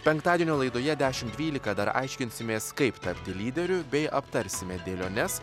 penktadienio laidoje dešimt dvylika dar aiškinsimės kaip tapti lyderiu bei aptarsime dėliones